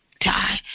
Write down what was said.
die